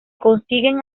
consiguen